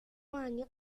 año